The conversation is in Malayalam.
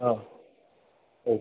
ആ ഒ